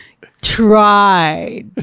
tried